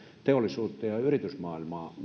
teollisuutta ja yritysmaailmaa